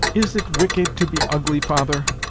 is it wicked to be ugly, father